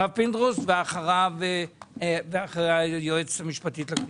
הרב פינדרוס ואחריו היועצת המשפטית לכנסת,